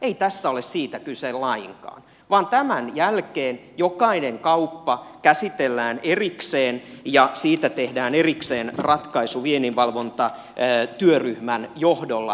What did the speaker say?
ei tässä ole siitä kyse lainkaan vaan tämän jälkeen jokainen kauppa käsitellään erikseen ja siitä tehdään erikseen ratkaisu vienninvalvontatyöryhmän johdolla